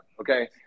okay